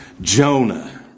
Jonah